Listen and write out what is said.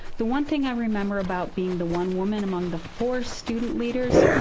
the one thing i remember about being the one woman among the four student leaders,